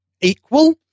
equal